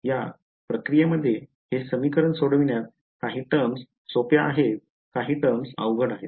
या प्रक्रियेमध्ये हे समीकरणे सोडवण्यात काही टर्म्स सोप्या आहेत काही टर्म्स अवघड आहेत